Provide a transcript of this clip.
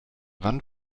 wann